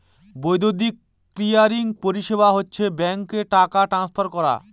বৈদ্যুতিক ক্লিয়ারিং পরিষেবা হচ্ছে ব্যাঙ্কে টাকা ট্রান্সফার করা